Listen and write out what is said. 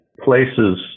places